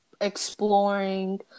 exploring